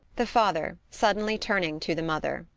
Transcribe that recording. the father suddenly turning to the mother.